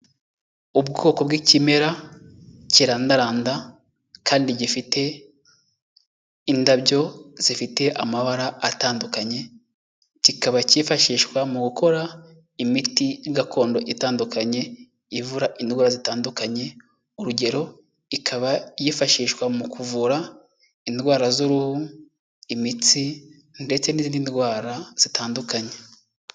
Ubwoko bw'ikimera kirandaranda kandi gifite indabyo zifite amabara atandukanye, kikaba cyifashishwa mu gukora imiti gakondo itandukanye ivura indwara zitandukanye, urugero ikaba yifashishwa mu kuvura indwara z'uruhu, imitsi ndetse n'izindi ndwara zitandukanye.